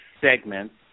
segments